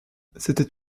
c’était